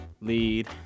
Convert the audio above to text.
lead